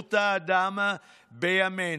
חירות האדם בימינו.